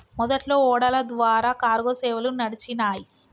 మొదట్లో ఓడల ద్వారా కార్గో సేవలు నడిచినాయ్